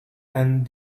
and